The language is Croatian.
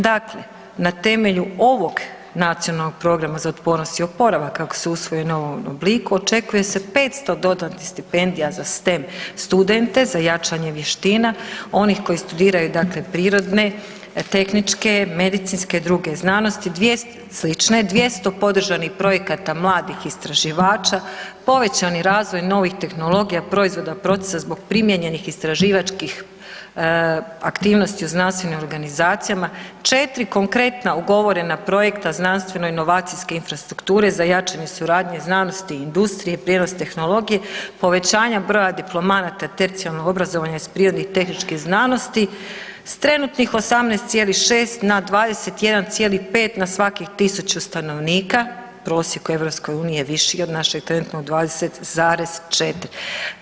Dakle, na temelju ovog Nacionalnog programa za otpornost i oporavak ako se usvoji u ovom obliku očekuje se 500 dodatnih stipendija za STEM studente, za jačanje vještina, onih koji studiraju prirodne, tehničke, medicinske i druge znanosti slične, 200 podržanih projekata mladih istraživača, povećani razvoj novih tehnologija proizvoda procesa zbog primijenjenih istraživačkih aktivnosti u znanstvenim organizacijama, 4 konkretna ugovarana projekta znanstveno-inovacijske infrastrukture za jačanje suradnje znanosti i industrije, prijenos tehnologije, povećanja broja diplomanata tercijarnog obrazovanja iz prirodnih i tehničkih znanosti, s trenutnih 18,6 na 21,5 na svakih tisuću stanovnika, prosjek u EU je viši od našeg trenutno 20,4.